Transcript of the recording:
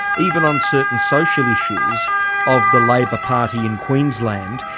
even on certain social issues of the labor party in queensland,